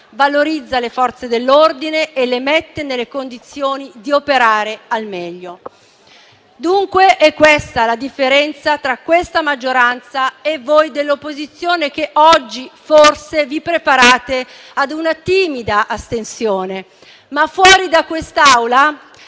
valorizza le Forze dell'ordine e le mette nelle condizioni di operare al meglio. Dunque, è questa la differenza tra questa maggioranza e voi dell'opposizione, che oggi forse vi preparate ad una timida astensione, ma fuori da quest'Aula